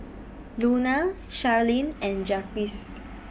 Lona Sherilyn and Jaquez